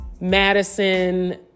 Madison